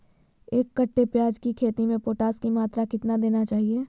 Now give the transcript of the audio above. एक कट्टे प्याज की खेती में पोटास की मात्रा कितना देना चाहिए?